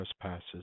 trespasses